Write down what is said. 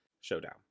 showdown